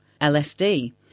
LSD